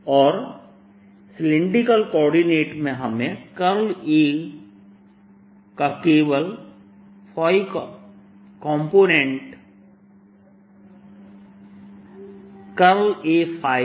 Bs0I2πsA और cylindrical coordinate में हमें A का केवल फाई कॉम्पोनेंट A